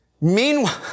Meanwhile